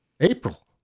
April